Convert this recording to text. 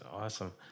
awesome